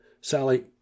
Sally